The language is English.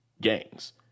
gangs